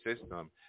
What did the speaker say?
system